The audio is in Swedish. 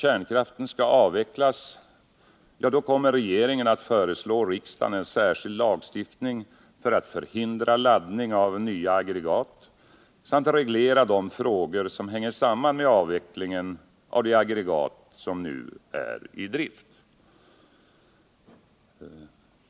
kommer regeringen att föreslå riksdagen en särskild lagstiftning för att hindra NE 17 laddning av nya aggregat samt reglera de frågor som hänger samman med Onsdagen den avvecklingen av de aggregat som nu är i drift.